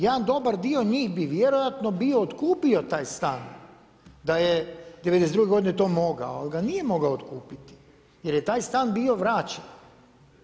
Jedan dobar dio njih bi vjerojatno bio otkupio taj stan da je '92. to mogao, ali ga nije mogao otkupiti jer je taj stan bio vraćen.